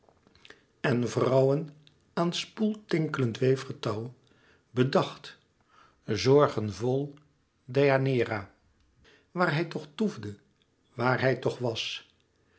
en vrouwen aan spoel tinkelend weefgetouw bedacht zorgenvol deianeira waar hij toch toefde waar hij toch was